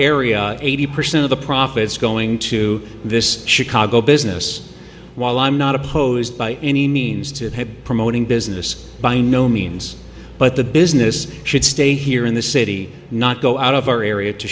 area eighty percent of the profits going to this chicago business while i'm not opposed by any means to promoting business by no means but the business should stay here in the city not go out of our area to